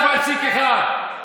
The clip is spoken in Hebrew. אנחנו ב-4.1%,